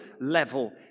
level